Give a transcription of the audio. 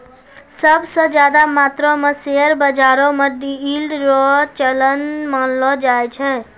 सब स ज्यादा मात्रो म शेयर बाजारो म यील्ड रो चलन मानलो जाय छै